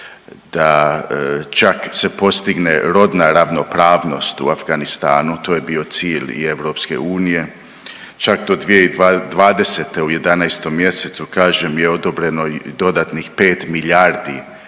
da čak se postigne rodna ravnopravnost u Afganistanu, to je bio cilj i EU, čak do 2020. u 11. mj. kažem, je odobreno i dodatnih 5 milijardi